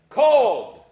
called